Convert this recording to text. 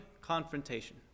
confrontation